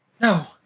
No